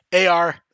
AR